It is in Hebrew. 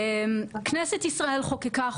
כנסת ישראל חוקקה חוק,